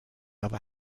other